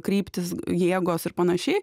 kryptys jėgos ir panašiai